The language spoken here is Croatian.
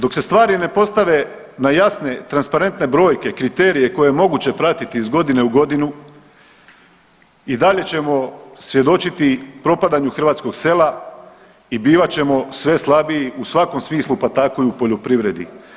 Dok se stvari ne postave na jasne, transparentne brojke, kriterije koje je moguće pratiti iz godine u godinu i dalje ćemo svjedočiti propadanju hrvatskog sela i bivat ćemo sve slabiji u svakom smislu, pa tako i u poljoprivredi.